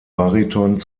bariton